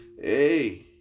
Hey